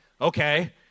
Okay